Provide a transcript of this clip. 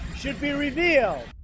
should be revealed.